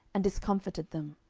and discomfited them.